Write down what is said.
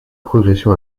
progression